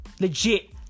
Legit